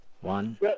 One